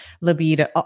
libido